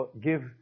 give